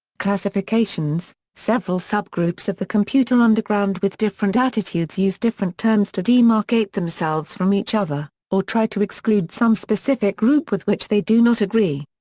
classifications several subgroups of the computer underground with different attitudes use different terms to demarcate themselves from each other, or try to exclude some specific group with which they do not agree.